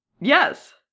Yes